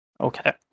Okay